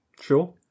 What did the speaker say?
Sure